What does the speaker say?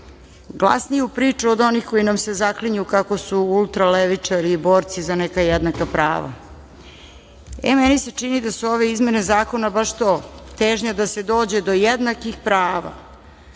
glasniju priču od onih koji nam se zaklinju kako su ultralevičari i borci za neka jednaka prava. E, meni se čini da su ove izmene zakona baš to, težnja da se dođe do jednakih prava